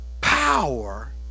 power